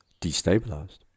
destabilized